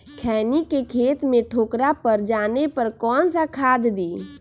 खैनी के खेत में ठोकरा पर जाने पर कौन सा खाद दी?